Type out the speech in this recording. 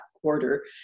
quarter